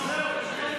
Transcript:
זהו.